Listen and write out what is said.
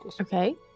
Okay